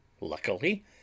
luckily